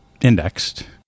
indexed